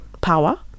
power